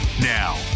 Now